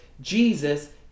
Jesus